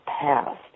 passed